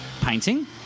painting